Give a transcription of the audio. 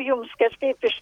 jums kažkaip iš